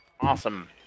Awesome